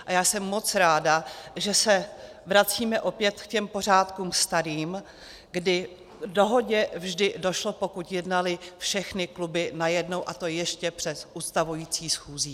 A já jsem moc ráda, že se vracíme opět k těm pořádkům starým, kdy k dohodě vždy došlo, pokud jednaly všechny kluby najednou, a to ještě před ustavující schůzí.